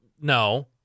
No